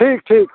ठीक ठीक